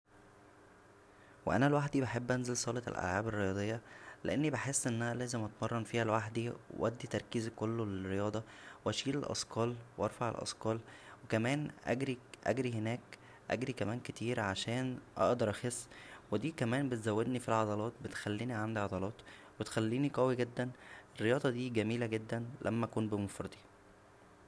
وانا لوحدى بحب انزل صالة الالعاب الرياضية لانى بحس ان انا لازم اتمرن فيها لوحدى و ادى تركيزى كله للرياضه و اشيل اثقال وارفع الاثقال وكمان اجرى هناك اجرى كمان كتير عشان اقدر اخس و دى كمان بتزودنى فالعضلات بتخلينى عندى عضلات بتخلينى قوى جدا رياضة دى جميله جدا لما اكون بمفردى